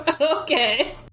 Okay